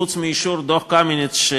חוץ מאישור דוח קמיניץ,